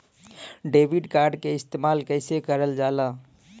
Debit card के इस्तेमाल कइसे करल जाला?